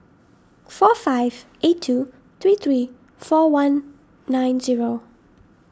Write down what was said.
four five eight two three three four one nine zero